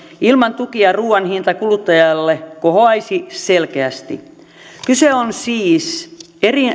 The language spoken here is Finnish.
ilman tukia ruuan hinta kuluttajalle kohoaisi selkeästi kyse on siis